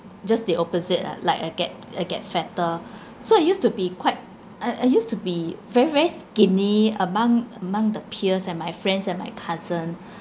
just the opposite ah like I get I get fatter so I used to be quite I I used to be very very skinny among among the peers and my friends and my cousin